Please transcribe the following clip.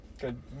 good